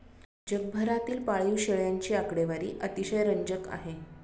जगभरातील पाळीव शेळ्यांची आकडेवारी अतिशय रंजक आहे